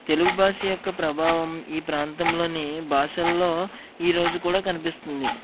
తెలుగు భాష యొక్క ప్రభావం ఈ ప్రాంతంలోని భాషల్లో ఈరోజు కూడా కనిపిస్తుంది